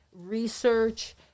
research